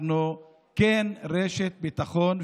אנחנו כן רשת ביטחון,